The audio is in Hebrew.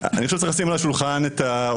אני חושב שצריך לשים על השולחן את האופן